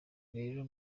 rero